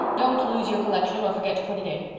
don't lose your collection or forget to put it in.